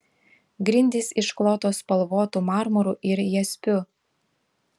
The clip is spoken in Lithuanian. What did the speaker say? grindys išklotos spalvotu marmuru ir jaspiu